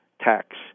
tax